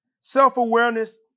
self-awareness